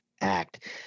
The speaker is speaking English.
act